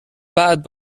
بعد